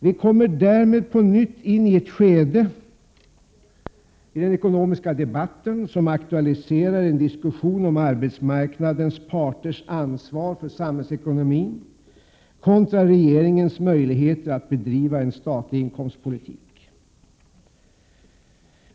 Vi kommer därmed på nytt in i ett skede i den ekonomiska debatten som aktualiserar en diskussion om arbetsmarknadens parters ansvar för samhällsekonomin kontra regeringens möjligheter att bedriva en statlig inkomstpolitik.